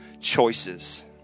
choices